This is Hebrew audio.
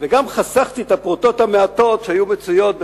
וגם חסכתי את הפרוטות המעטות שהיו מצויות בכיסי.